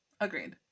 agreed